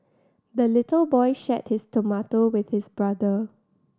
the little boy shared his tomato with his brother